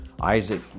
Isaac